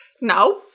No